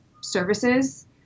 services